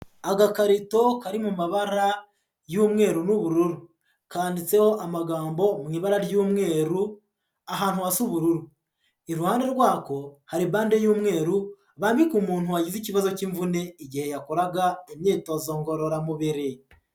Agakarito kari mu mabara y'umweru n'ubururu, kanditseho amagambo mu ibara ry'umweru ahantu hari ubururu, iruhande rwako hari bande y'umweru bambika umuntu wagize ikibazo k'imvune igihe yakoraga imyitozo ngororamubiri.